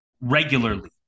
regularly